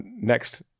next